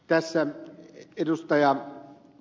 arvoisa puhemies